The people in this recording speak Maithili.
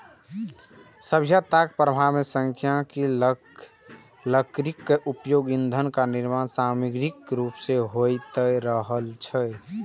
सभ्यताक प्रारंभे सं लकड़ीक उपयोग ईंधन आ निर्माण समाग्रीक रूप मे होइत रहल छै